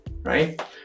right